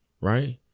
right